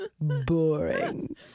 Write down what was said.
boring